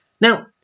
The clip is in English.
Now